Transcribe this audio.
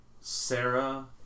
Sarah